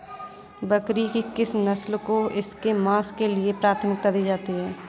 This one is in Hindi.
बकरी की किस नस्ल को इसके मांस के लिए प्राथमिकता दी जाती है?